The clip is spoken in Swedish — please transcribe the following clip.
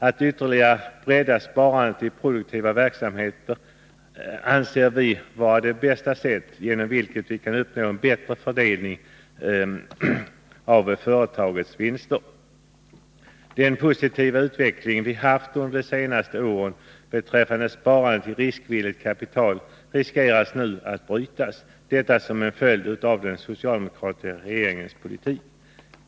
Att ytterligare bredda sparandet i produktiva verksamheter anser vi vara det bästa sättet att uppnå en bättre fördelning av företagens vinster. Den positiva utveckling som vi haft under de senaste åren beträffande sparandet i riskvilligt kapital riskerar nu att brytas — detta som en följd av den socialdemokratiska regeringens politik.